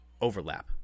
overlap